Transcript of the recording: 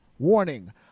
Warning